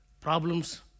Problems